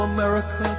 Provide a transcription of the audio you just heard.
America